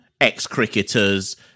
ex-cricketers